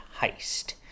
Heist